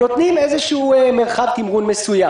השופטים נותנים איזשהו מרחב תמרון מסום.